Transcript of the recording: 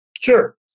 Sure